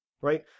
right